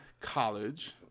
college